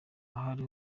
ari